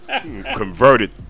Converted